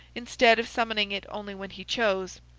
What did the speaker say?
instead of summoning it only when he chose.